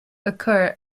occur